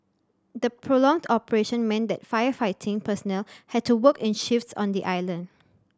the prolonged operation meant that firefighting personnel had to work in shifts on the island